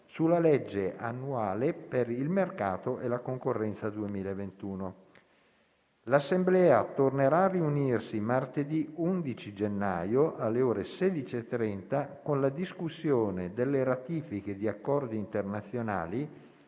sulla legge annuale per il mercato e la concorrenza 2021. L'Assemblea tornerà a riunirsi martedì 11 gennaio, alle ore 16,30, con la discussione delle ratifiche di accordi internazionali